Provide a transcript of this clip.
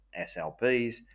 SLPs